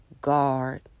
guard